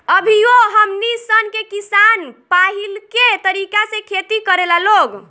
अभियो हमनी सन के किसान पाहिलके तरीका से खेती करेला लोग